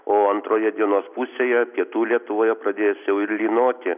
o antroje dienos pusėje pietų lietuvoje pradės jau ir lynoti